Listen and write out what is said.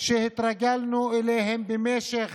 שהתרגלנו אליהם במשך